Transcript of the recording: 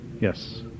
Yes